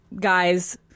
guy's